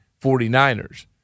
49ers